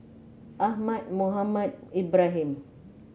Ahmad Mohamed Ibrahim